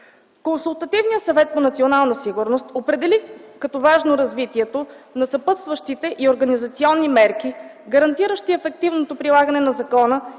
Консултативният съвет по национална сигурност определи като важно развитието на съпътстващите и организационни мерки, гарантиращи ефективното прилагане на закона